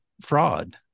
fraud